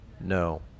No